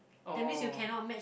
oh